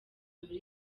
muri